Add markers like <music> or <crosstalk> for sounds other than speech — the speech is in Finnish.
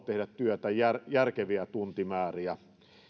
<unintelligible> tehdä työtä järkeviä tuntimääriä